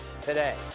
today